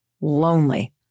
lonely